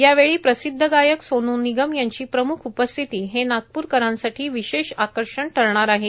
यावेळी गायक सोन् निगम याची प्रमुख उपस्थिती हे नागप्रकरांनसाठी विशेष आकर्षण ठरणार आहे